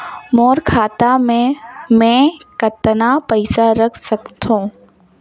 मोर खाता मे मै कतना पइसा रख सख्तो?